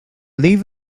leave